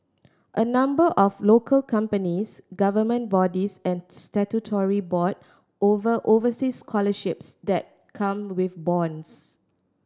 a number of local companies government bodies and statutory board offer overseas scholarships that come with bonds